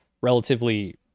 relatively